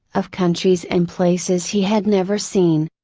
of countries and places he had never seen.